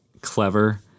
clever